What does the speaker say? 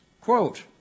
Quote